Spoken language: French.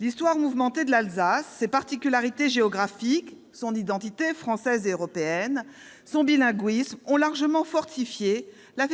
l'histoire mouvementée de l'Alsace, ses particularités géographiques, son identité française et européenne, son bilinguisme ont largement fortifié l'